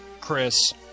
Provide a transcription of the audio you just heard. Chris